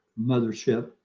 mothership